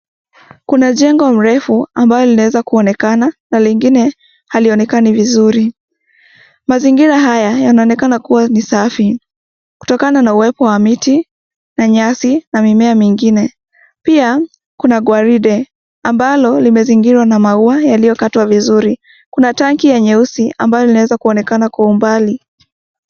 Kuna jengo refu ambalo linaweza kuonekana na lingine halionekani vizuri, mazingira haya yanaonekana kuwa ni safi kutokana na uwepo wa miti na nyasi na mimea mengine, pia kuna gwaride ambalo limezingirwa na maua yaliyokatwa vizuri, kuna tanki ya nyeusi ambayo linaweza kuonekana kwa umbali.